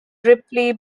ripley